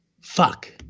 Fuck